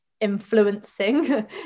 influencing